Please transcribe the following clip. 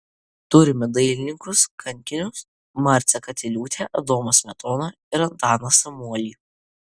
turime dailininkus kankinius marcę katiliūtę adomą smetoną ir antaną samuolį